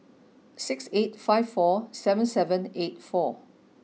six eight five four seven seven eight four